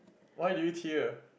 why do you tear